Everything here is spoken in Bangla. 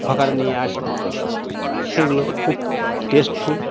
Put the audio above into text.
হকাররা নিয়ে আসে সেগুলো খুব টেস্টফুল